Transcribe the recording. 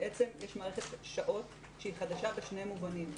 יש מערכת שעות היא חדשה בשני מובנים,